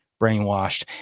brainwashed